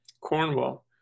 cornwall